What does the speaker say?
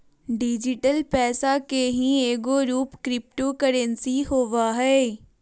digital पैसा के ही एगो रूप क्रिप्टो करेंसी होवो हइ